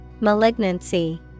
Malignancy